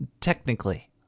technically